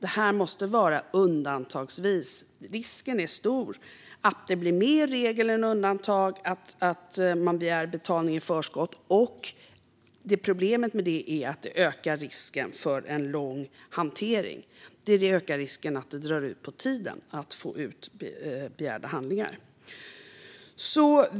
Att begära betalning i förskott är något som måste ske undantagsvis, men risken är stor att det blir mer regel än undantag. Problemet med detta är att det ökar risken för en lång hantering och att det drar ut på tiden att få ut begärda handlingar.